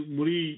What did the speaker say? Muri